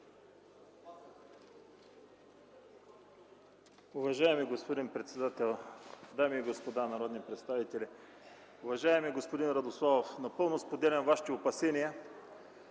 Уважаеми господин председател, дами и господа народни представители! Уважаеми господин Радославов, напълно споделям Вашите опасения